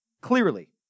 clearly